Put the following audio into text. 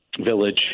village